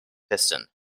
piston